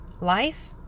life